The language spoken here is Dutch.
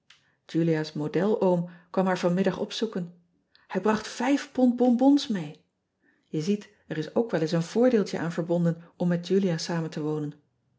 ulia s model oom kwam haar vanmiddag opzoeken ij bracht vijf pond bonbons mee e ziet er is ook wel eens een voordeeltje aan verbonden om met ulia samen te wonen